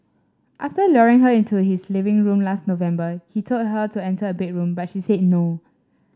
after luring her into his living room last November he told her to enter a bedroom but she said no